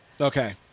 Okay